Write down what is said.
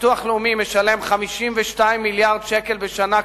ביטוח לאומי משלם 52 מיליארד שקל בשנה קצבאות.